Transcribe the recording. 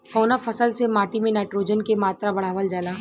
कवना फसल से माटी में नाइट्रोजन के मात्रा बढ़ावल जाला?